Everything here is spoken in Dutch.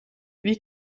wie